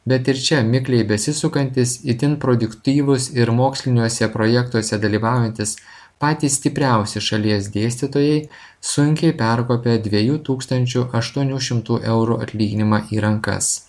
bet ir čia mikliai besisukantys itin produktyvūs ir moksliniuose projektuose dalyvaujantys patys stipriausi šalies dėstytojai sunkiai perkopia dviejų tūkstančių aštuonių šimtų eurų atlyginimą į rankas